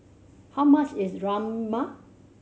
how much is Rajma